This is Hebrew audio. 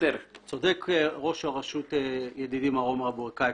צודק ראש הרשות ידידי מר עומר אבו רקייק.